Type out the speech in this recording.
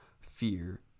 fear